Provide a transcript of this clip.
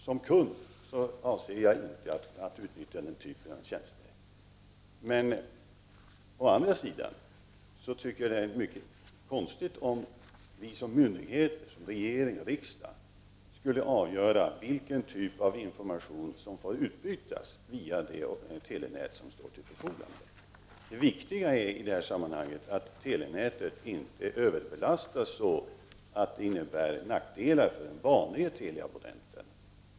Jag avser således inte att som kund utnyttja den typen av tjänster. Det skulle dock vara litet märkligt om vi som myndigheter — regering och riksdag — skulle avgöra vilken typ av information som får utbytas via det telenät som står till förfogande. Det viktiga i det här sammanhanget är att se till att telenätet inte överbelastas så att det innebär nackdelar för den vanlige teleabonnenten.